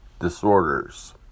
disorders